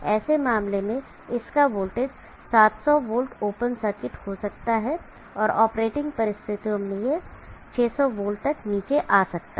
ऐसे मामले में इसका वोल्टेज 700 वोल्ट ओपन सर्किट हो सकता है और ऑपरेटिंग परिस्थितियों में यह 600v तक नीचे आ सकता है